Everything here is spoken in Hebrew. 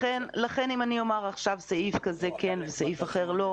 לכן אם אני אומר עכשיו סעיף כזה כן וסעיף אחר לא,